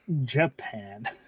Japan